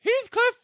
Heathcliff